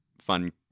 fun